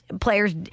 players